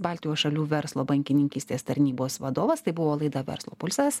baltijos šalių verslo bankininkystės tarnybos vadovas tai buvo laida verslo pulsas